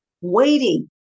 waiting